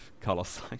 Carlos